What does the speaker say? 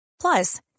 Plus